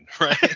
right